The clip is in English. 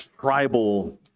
tribal